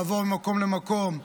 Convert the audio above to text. לעבור ממקום למקום.